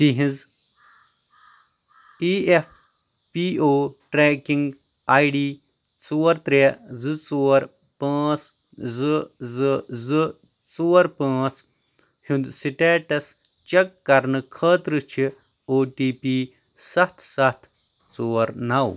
تِہنٛز E F P O tracking I D ژور ترےٚ زٕ ژور پانٛژھ زٕ زٕ زٕ ژور پانٛژھ ہُنٛد سٹیٹس چیک کرنہٕ خٲطرٕ چھ او ٹی پی سَتھ سَتھ ژور نو